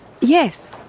Yes